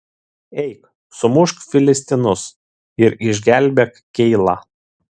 eik sumušk filistinus ir išgelbėk keilą